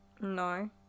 No